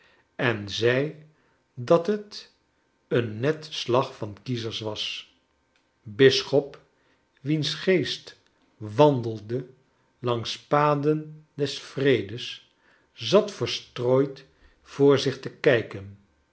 en zei dat het een net slag van kiezers was bisschop wiens geest wandelde langs paden des vredes zat verstrooid voor zich te kijken